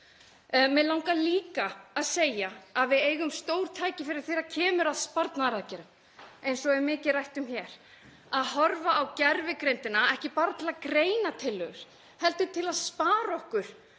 Mig langar líka að segja að við eigum stór tækifæri þegar kemur að sparnaðaraðgerðum, eins og er mikið rætt um hér, að horfa á gervigreindina, ekki bara til að greina tillögur heldur til að spara okkur